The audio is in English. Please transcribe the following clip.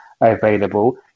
available